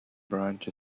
branch